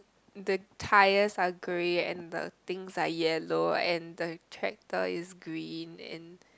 the tires are grey and the things are yellow and the tractor is green and